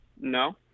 No